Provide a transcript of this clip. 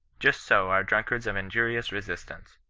just so our drunkards of injurious re sistance.